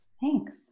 Thanks